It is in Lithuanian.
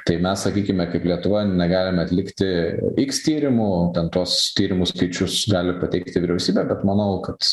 tai mes sakykime kaip lietuva negalime atlikti iks tyrimų ten tuos tyrimų skaičius gali pateikti vyriausybė bet manau kad